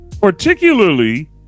particularly